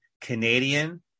Canadian